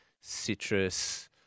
citrus